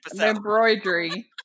Embroidery